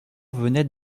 venaient